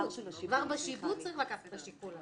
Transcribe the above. כבר בשיבוץ צריך לקחת את השיקול הזה.